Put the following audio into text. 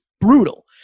brutal